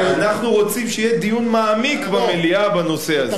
אנחנו רוצים שיהיה דיון מעמיק במליאה בנושא הזה.